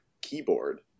keyboard